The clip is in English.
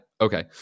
okay